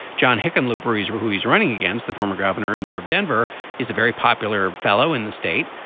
john hickenlooper he's who who he's running against the former governor and mayor of denver is a very popular fellow in the state.